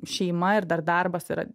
šeima ir dar darbas yra